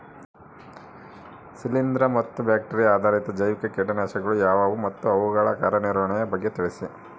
ಶಿಲೇಂದ್ರ ಮತ್ತು ಬ್ಯಾಕ್ಟಿರಿಯಾ ಆಧಾರಿತ ಜೈವಿಕ ಕೇಟನಾಶಕಗಳು ಯಾವುವು ಮತ್ತು ಅವುಗಳ ಕಾರ್ಯನಿರ್ವಹಣೆಯ ಬಗ್ಗೆ ತಿಳಿಸಿ?